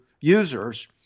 users